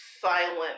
silent